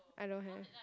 I don't have